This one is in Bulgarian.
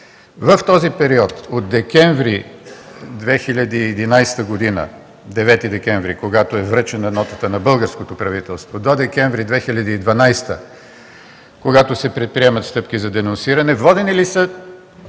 В периода от 9 декември 2011 г., когато е връчена нотата на българското правителство, до декември 2012 г., когато се предприемат стъпки за денонсиране, водени ли са